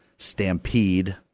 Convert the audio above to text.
Stampede